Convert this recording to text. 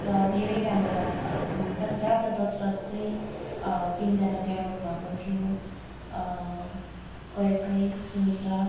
र धैरै राम्रो लाग्छ दश राजा दशरथ चाहिँ तिनजना बिहा गर्नु भएको थियो कैकेयी सुमित्र